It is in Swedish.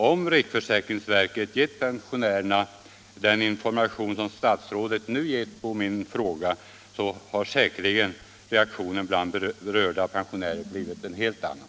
Om riksförsäkringsverket gett pensionärerna den information som statsrådet nu gett på min fråga, så hade säkerligen reaktionen bland berörda pensionärer blivit en helt annan.